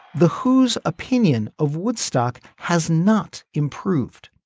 the whose opinion of woodstock has not improved.